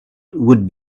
would